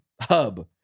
hub